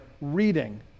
reading